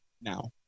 Now